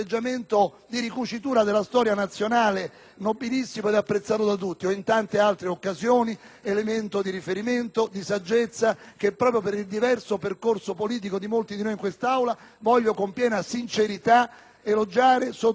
di ricucitura della storia nazionale, nobilissimo e apprezzato da tutti. Come pure, in tante altre occasioni fu elemento di riferimento e di saggezza che, proprio per il diverso percorso politico di molti di noi in quest'Aula, voglio con piena sincerità elogiare e sottolineare.